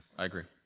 i agree.